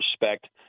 respect